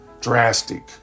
drastic